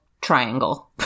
triangle